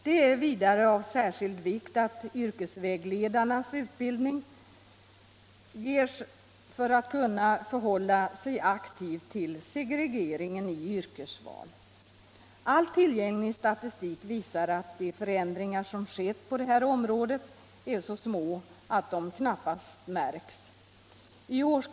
Det är vidare av särskilt stor vikt att yrkesvägledarna får utbildning för att kunna hålla sig aktiva när det gäller segregeringen i yrkesvalet. All tillgänglig statistik visar att de förändringar som skett på det här området är så små att de knappt märks.